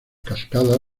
cascada